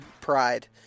pride